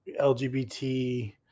LGBT